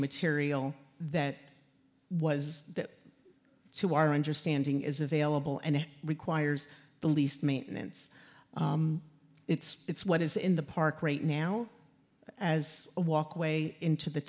material that was that to our understanding is available and it requires the least maintenance it's what is in the park right now as a walkway into the